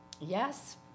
Yes